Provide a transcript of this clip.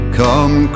come